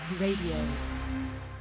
RADIO